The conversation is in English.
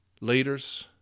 leaders